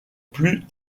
plus